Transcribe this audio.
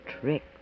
trick